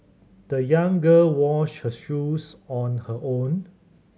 the young girl washed her shoes on her own